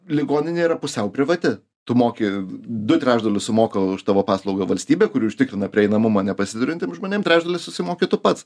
ligoninė yra pusiau privati tu moki du trečdalius sumoka už tavo paslaugą valstybė kuri užtikrina prieinamumą nepasiturintiem žmonėm trečdalį susimoki tu pats